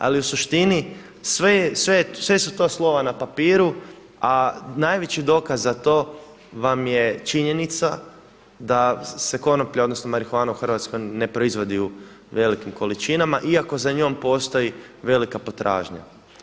Ali u suštini sve su to slova na papiru, a najveći dokaz za to vam je činjenica da se konoplja, odnosno marihuana u Hrvatskoj ne proizvodi u velikim količinama iako za njom postoji velika potražnja.